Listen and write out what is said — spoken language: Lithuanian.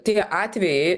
tie atvejai